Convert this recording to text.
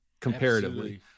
comparatively